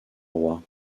roi